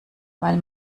weil